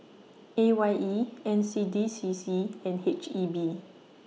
A Y E N C D C C and H E B